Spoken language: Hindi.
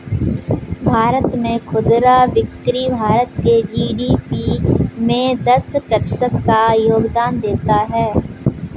भारत में खुदरा बिक्री भारत के जी.डी.पी में दस प्रतिशत का योगदान देता है